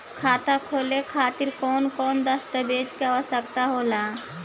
खाता खोले खातिर कौन कौन दस्तावेज के आवश्यक होला?